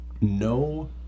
no